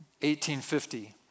1850